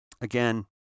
again